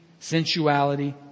sensuality